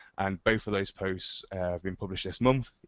and both of those posts have been published this month.